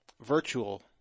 virtual